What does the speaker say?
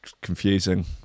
confusing